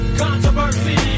controversy